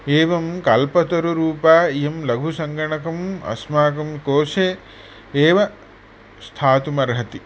एवं कल्पतरुरूपा इयं लघुसङ्गणकम् अस्माकं कोशे एव स्थातुम् अर्हति